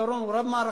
הפתרון הוא רב-מערכתי,